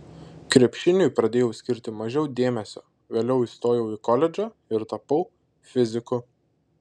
krepšiniui pradėjau skirti mažiau dėmesio vėliau įstojau į koledžą ir tapau fiziku